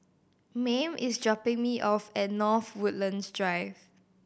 Mame is dropping me off at North Woodlands Drive